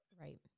Right